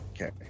Okay